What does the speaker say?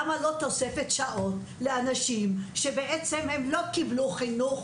למה לא תוספת שעות לאנשים שלא קיבלו חינוך,